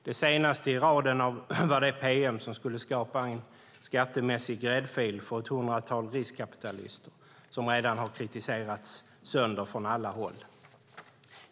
Det senaste i raden var det pm som skulle skapa en skattemässig gräddfil för ett hundratal riskkapitalister. Det har redan kritiserats sönder från alla håll.